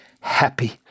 happy